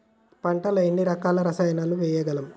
పంటలలో ఎన్ని రకాల రసాయనాలను వేయగలము?